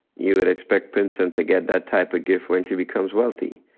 you would expect princeton to get that type of gift when she becomes wealthy.